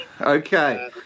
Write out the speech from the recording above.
okay